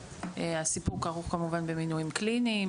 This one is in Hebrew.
הסיפור כרוך, כמובן, במינויים קליניים